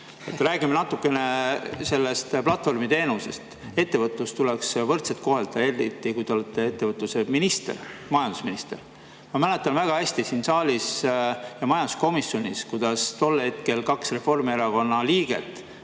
Räägime natukene sellest platvormiteenusest. Ettevõtlust tuleks võrdselt kohelda, eriti kui te olete ettevõtluse minister, majandusminister. Ma mäletan väga hästi, kuidas siin saalis ja majanduskomisjonis proovisid kaks Reformierakonna liiget